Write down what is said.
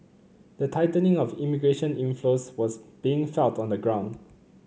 the tightening of immigration inflows was being felt on the ground